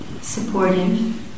supportive